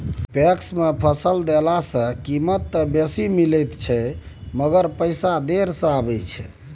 PACS मे फसल देला सॅ कीमत त बेसी मिलैत अछि मगर पैसा देर से आबय छै